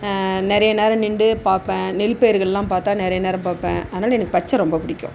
நிறைய நேரம் நிண்டு பார்ப்பேன் நெல் பயிர்கள்லாம் பார்த்தா நிறைய நேரம் பார்ப்பேன் அதனால் எனக்கு பச்சை ரொம்ப பிடிக்கும்